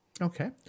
Okay